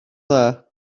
dda